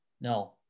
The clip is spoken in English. No